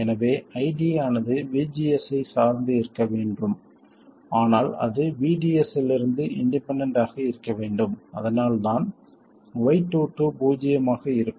எனவே ID ஆனது VGS ஐச் சார்ந்து இருக்க வேண்டும் ஆனால் அது VDS லிருந்து இண்டிபெண்டண்ட் ஆக இருக்க வேண்டும் அதனால் தான் y22 பூஜ்ஜியமாக இருக்கும்